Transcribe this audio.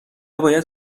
باید